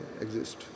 exist